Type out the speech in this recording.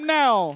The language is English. now